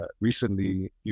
recently